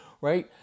right